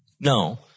No